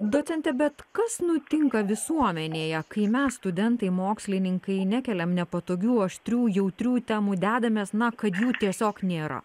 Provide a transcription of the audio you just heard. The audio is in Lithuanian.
docente bet kas nutinka visuomenėje kai mes studentai mokslininkai nekeliam nepatogių aštrių jautrių temų dedamės na kad jų tiesiog nėra